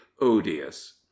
odious